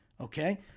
Okay